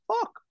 fuck